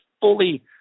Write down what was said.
fully